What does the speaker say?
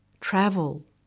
travel